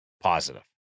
positive